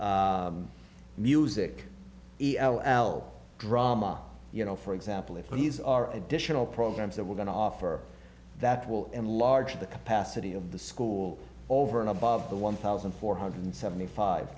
music e l al drama you know for example if he's are additional programs that we're going to offer that will enlarge the capacity of the school over and above the one thousand four hundred seventy five